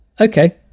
Okay